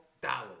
dollars